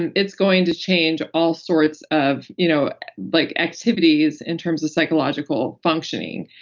and it's going to change all sorts of you know like activities in terms of psychological functioning.